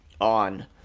on